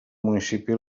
municipi